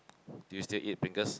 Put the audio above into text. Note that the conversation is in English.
do you still eat pringles